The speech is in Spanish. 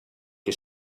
que